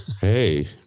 Hey